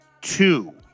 two